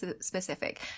specific